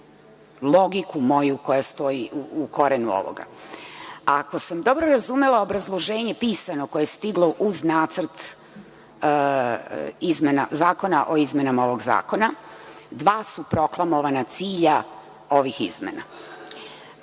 logiku koja stoji u korenu ovoga. Ako sam dobro razumela obrazloženje pisano koje je stiglo uz nacrt izmena o izmenama ovog zakona, dva su proklamovana cilja ovih izmena. Prvi